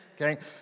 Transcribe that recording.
Okay